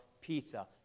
pizza